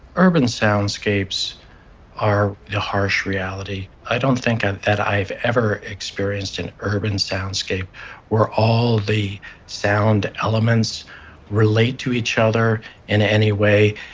urban soundscapes are the harsh reality. i don't think and that i've ever experienced an urban soundscape where all the sound elements relate to each other in any way.